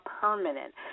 permanent